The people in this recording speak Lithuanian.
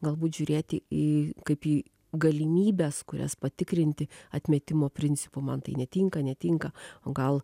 galbūt žiūrėti į kaip į galimybes kurias patikrinti atmetimo principu man tai netinka netinka o gal